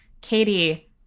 Katie